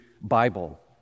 Bible